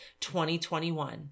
2021